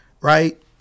right